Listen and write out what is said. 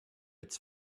its